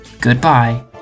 Goodbye